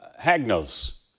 hagnos